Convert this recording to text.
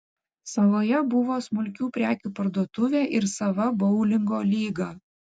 saloje buvo smulkių prekių parduotuvė ir sava boulingo lyga